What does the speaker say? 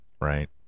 right